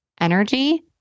energy